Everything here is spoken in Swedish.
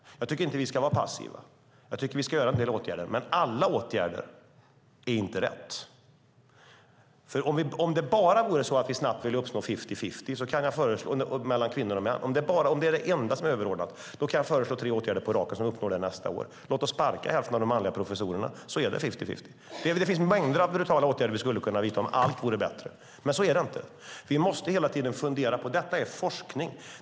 Jag tycker inte att vi ska vara passiva utan vidta en del åtgärder. Men alla åtgärder är inte de rätta. Om det enda och överordnade är att vi snabbt vill uppnå fifty-fifty mellan kvinnor och män kan jag föreslå tre åtgärder på raken så att man uppnår det nästa år. Låt oss sparka hälften av de manliga professorerna så blir det fifty-fifty. Det finns mängder av brutala åtgärder som vi skulle kunna vidta om allt vore bättre än en passiv hållning. Men så är det inte. Vi måste hela tiden fundera. Detta är forskning.